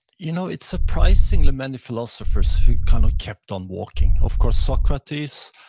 you know it's surprising the many philosophers who kind of kept on walking. of course, socrates,